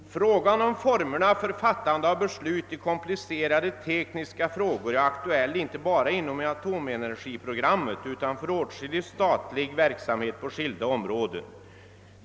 Frågan om formerna för fattande av beslut i komplicerade tekniska frågor är aktuell inte bara inom atomenergiprogrammet utan för åtskillig statlig verksamhet på skilda områden.